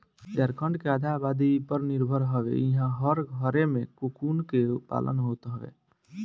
झारखण्ड के आधा आबादी इ पर निर्भर हवे इहां हर घरे में कोकून के पालन होत हवे